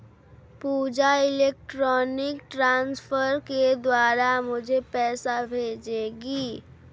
पूजा electronic transfer के द्वारा मुझें पैसा भेजेगी